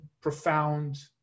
profound